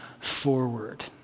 forward